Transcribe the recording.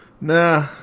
Nah